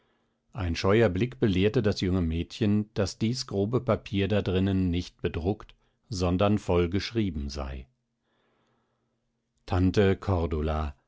ein scheuer blick belehrte das junge mädchen daß dies grobe papier da drinnen nicht bedruckt sondern vollgeschrieben sei tante cordula